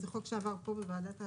זה חוק שעבר פה בוועדת הכלכלה.